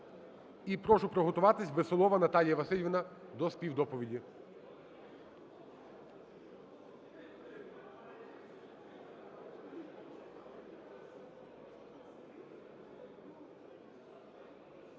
І прошу приготуватись - Веселова Наталія Василівна до співдоповіді.